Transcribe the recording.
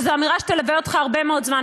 וזו אמירה שתלווה אותך הרבה מאוד זמן.